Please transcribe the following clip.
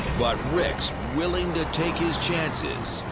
but rick's willing to take his chances.